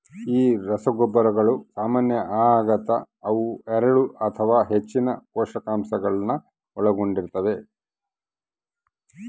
ಈ ರಸಗೊಬ್ಬರಗಳು ಸಾಮಾನ್ಯ ಆಗತೆ ಅವು ಎರಡು ಅಥವಾ ಹೆಚ್ಚಿನ ಪೋಷಕಾಂಶಗುಳ್ನ ಒಳಗೊಂಡಿರ್ತವ